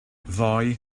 ddoe